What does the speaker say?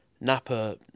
Napa